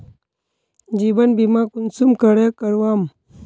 जीवन बीमा कुंसम करे करवाम?